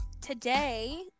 Today